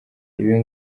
ibi